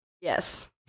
Yes